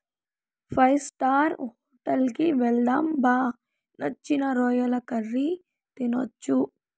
five star hotel కి వెళ్దాం బా నచ్చిన రొయ్యల కర్రీ తినొచ్చు